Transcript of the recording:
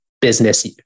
business